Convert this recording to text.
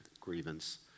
grievance